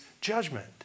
judgment